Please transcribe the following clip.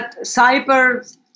cyber